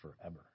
forever